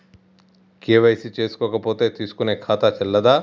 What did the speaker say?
KYC చేసుకోకపోతే తీసుకునే ఖాతా చెల్లదా?